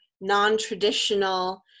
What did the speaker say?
non-traditional